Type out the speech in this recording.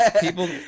people